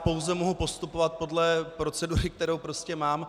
Pouze mohu postupovat podle procedury, kterou mám.